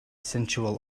sensual